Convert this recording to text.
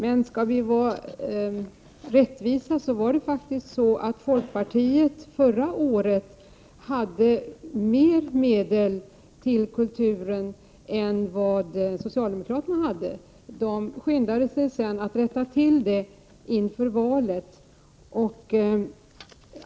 Men skall vi vara rättvisa var det faktiskt så att folkpartiet förra året hade mer medel till kulturen än vad socialdemokraterna föreslog. Socialdemokraterna skyndade sig sedan att rätta till det inför valet.